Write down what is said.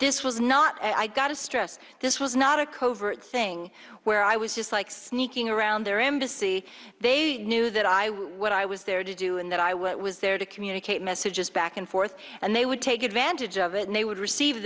this was not i got to stress this was not a covert thing where i was just like sneaking around their embassy they knew that i would i was there to do and that i what was there to communicate messages back and forth and they would take advantage of it and they would receive